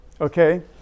okay